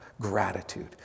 gratitude